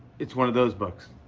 it's one of those books.